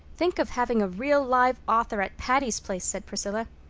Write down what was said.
think of having a real live author at patty's place, said priscilla.